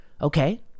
okay